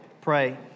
pray